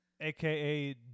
AKA